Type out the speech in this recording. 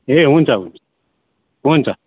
ए हुन्छ हुन्छ